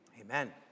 Amen